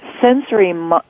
sensory